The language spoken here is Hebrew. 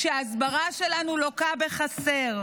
כשההסברה שלנו לוקה בחסר,